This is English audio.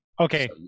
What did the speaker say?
Okay